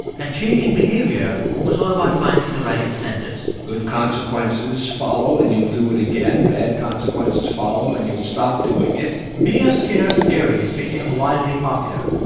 and changing behavior was all about finding the right incentives good consequences follow, and you'll do it again bad consequences follow, and you'll stop doing it b f. skinner's theories became wildly popular.